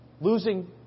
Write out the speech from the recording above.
losing